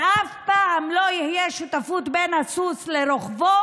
ואף פעם לא תהיה שותפות בין הסוס לרוכבו.